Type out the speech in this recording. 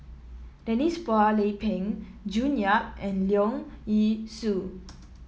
Denise Phua Lay Peng June Yap and Leong Yee Soo